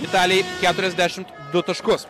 italijai keturiasdešimt du taškus